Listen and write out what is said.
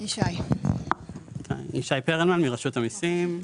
אני מרשות המיסים.